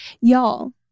Y'all